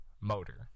motor